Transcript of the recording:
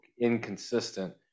inconsistent